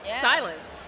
silenced